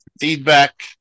feedback